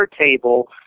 table